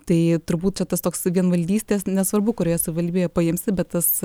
tai turbūt čia tas toks vienvaldystės nesvarbu kurioje savivaldybėje paimsi bet tas